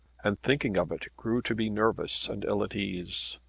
and thinking of it grew to be nervous and ill at ease.